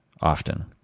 often